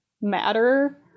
matter